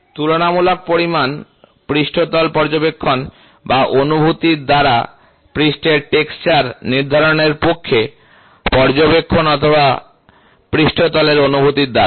তুলনামূলক পরিমাপ পৃষ্ঠতল পর্যবেক্ষণ বা অনুভূতি দ্বারা পৃষ্ঠের টেক্সচার নির্ধারণের পক্ষে পর্যবেক্ষণ অথবা পৃষ্ঠতলের অনুভূতির দ্বারা